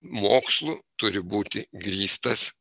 mokslu turi būti grįstas